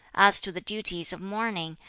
as to the duties of mourning,